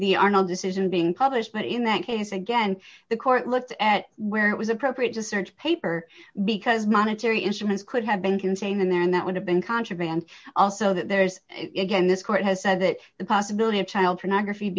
the arnel decision being published but in that case again the court looked at where it was appropriate to search paper because monetary instruments could have been contained in there and that would have been contraband also there's again this court has said that the possibility of child pornography